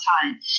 time